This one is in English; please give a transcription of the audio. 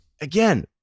again